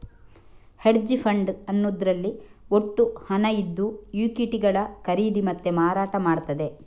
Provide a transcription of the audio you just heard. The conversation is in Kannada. ಹೆಡ್ಜ್ ಫಂಡ್ ಅನ್ನುದ್ರಲ್ಲಿ ಒಟ್ಟು ಹಣ ಇದ್ದು ಈಕ್ವಿಟಿಗಳ ಖರೀದಿ ಮತ್ತೆ ಮಾರಾಟ ಮಾಡ್ತದೆ